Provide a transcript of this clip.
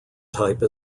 type